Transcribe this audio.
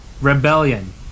Rebellion